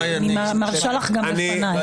אנחנו